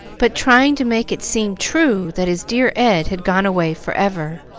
but trying to make it seem true that his dear ed had gone away for ever.